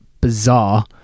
bizarre